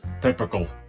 Typical